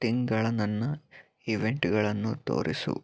ತಿಂಗಳ ನನ್ನ ಈವೆಂಟ್ಗಳನ್ನು ತೋರಿಸು